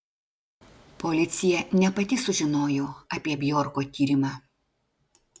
policija ne pati sužinojo apie bjorko tyrimą